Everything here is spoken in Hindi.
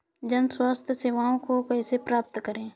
जन स्वास्थ्य सेवाओं को कैसे प्राप्त करें?